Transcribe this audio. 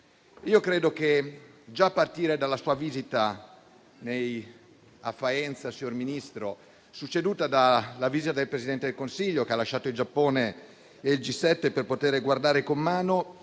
Credo che, già a partire dalla sua visita a Faenza, signor Ministro, seguita da quella del Presidente del Consiglio, che ha lasciato il Giappone e il G7 per poter toccare con mano,